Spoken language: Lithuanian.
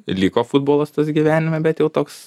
liko futbolas tas gyvenime bet jau toks